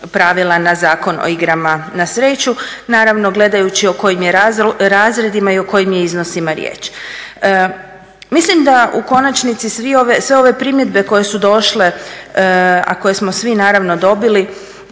na Zakon o igrama na sreću. Naravno gledajući o kojim je razredima i o kojim je iznosima riječ. Mislim da u konačnici sve ove primjedbe koje su došle a koje smo svi naravno dobili